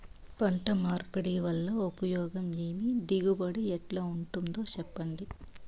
పంట మార్పిడి వల్ల ఉపయోగం ఏమి దిగుబడి ఎట్లా ఉంటుందో చెప్పండి?